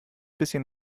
bisschen